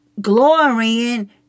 glorying